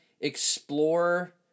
explore